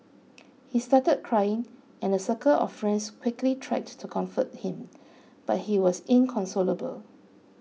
he started crying and a circle of friends quickly tried to comfort him but he was inconsolable